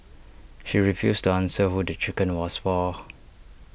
she refused to answer who the chicken was for